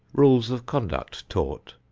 rules of conduct taught,